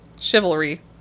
Chivalry